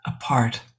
apart